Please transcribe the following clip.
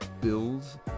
build